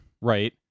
Right